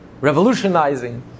revolutionizing